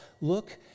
Look